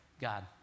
God